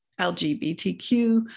LGBTQ